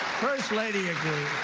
first lady agrees,